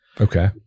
okay